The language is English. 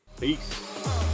Peace